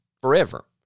forever